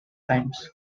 times